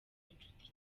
inshuti